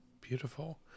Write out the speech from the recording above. Beautiful